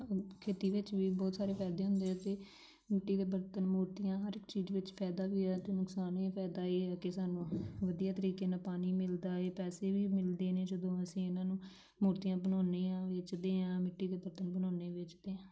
ਖੇਤੀ ਵਿੱਚ ਵੀ ਬਹੁਤ ਸਾਰੇ ਫਾਇਦੇ ਹੁੰਦੇ ਆ ਅਤੇ ਮਿੱਟੀ ਦੇ ਬਰਤਨ ਮੂਰਤੀਆਂ ਹਰ ਇੱਕ ਚੀਜ਼ ਵਿੱਚ ਫਾਇਦਾ ਵੀ ਹੈ ਅਤੇ ਨੁਕਸਾਨ ਵੀ ਫਾਇਦਾ ਇਹ ਆ ਕਿ ਸਾਨੂੰ ਵਧੀਆ ਤਰੀਕੇ ਨਾਲ ਪਾਣੀ ਮਿਲਦਾ ਹੈ ਪੈਸੇ ਵੀ ਮਿਲਦੇ ਨੇ ਜਦੋਂ ਅਸੀਂ ਇਹਨਾਂ ਨੂੰ ਮੂਰਤੀਆਂ ਬਣਾਉਂਦੇ ਹਾਂ ਵੇਚਦੇ ਹਾਂ ਮਿੱਟੀ ਦੇ ਬਰਤਨ ਬਣਾਉਂਦੇ ਵੇਚਦੇ ਹਾਂ